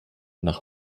nach